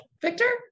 victor